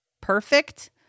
perfect